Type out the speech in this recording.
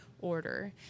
Order